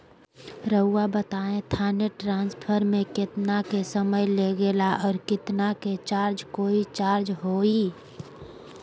रहुआ बताएं थाने ट्रांसफर में कितना के समय लेगेला और कितना के चार्ज कोई चार्ज होई?